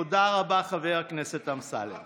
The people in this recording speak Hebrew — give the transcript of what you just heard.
תודה רבה, חבר הכנסת אמסלם.